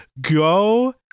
Go